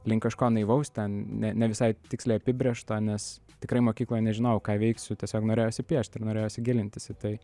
link kažko naivaus ten ne ne visai tiksliai apibrėžto nes tikrai mokykloje nežinau ką veiksiu tiesiog norėjosi piešt ir norėjosi gilintis į tai